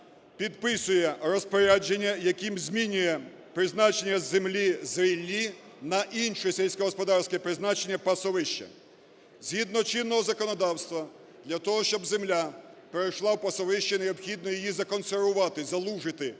підписує розпорядження, яким змінює призначення землі з "ріллі" на інше сільськогосподарське призначення – "пасовище". Згідно з чинним законодавством для того, щоб земля перейшла в пасовище, необхідно її законсервувати, залужити на